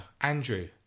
Andrew